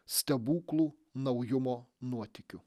stebuklų naujumo nuotykių